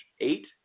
eight